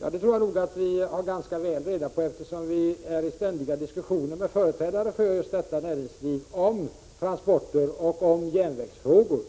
Ja, jag tror att vi nog har ganska väl reda på detta, eftersom vi för ständiga diskussioner med företrädare för just denna del av näringslivet när det gäller transporter och järnvägsfrågor.